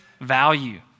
value